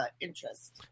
interest